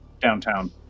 downtown